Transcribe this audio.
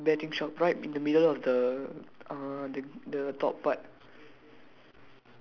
no for me got sells betting shop right in the middle of the uh the the top part